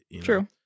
True